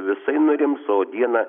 visai nurims o dieną